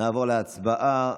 נעבור להצבעה.